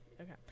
Okay